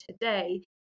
today